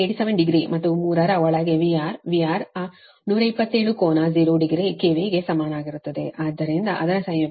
87 degree ಮತ್ತು 3 ರ ಒಳಗೆ VR VR ಆ 127 ಕೋನ 0 ಡಿಗ್ರಿ ಕೆವಿಗೆ ಸಮನಾಗಿರುತ್ತದೆ ಆದ್ದರಿಂದ ಅದರ ಸಂಯುಕ್ತವು 127 ಕೋನ 0 ರಂತೆಯೇ ಇರುತ್ತದೆ